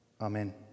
Amen